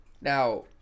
Now